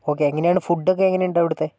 okay എങ്ങനെയാണ് food ഒക്കെ എങ്ങനെയുണ്ട് അവിടുത്തെ